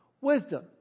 wisdom